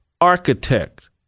architect